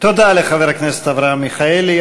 תודה לחבר הכנסת אברהם מיכאלי,